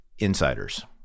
Insiders